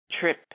Trip